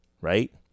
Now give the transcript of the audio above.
right